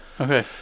Okay